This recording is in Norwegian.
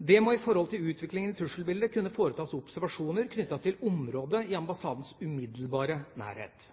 Det må i forhold til utviklingen i trusselbildet kunne foretas observasjoner knyttet til et område i ambassadens umiddelbare nærhet.